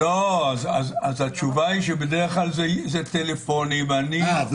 אם זה רק טלפוני- -- אה,